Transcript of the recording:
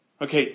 Okay